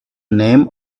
name